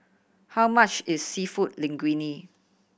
how much is Seafood Linguine